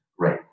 right